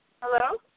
Hello